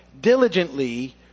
diligently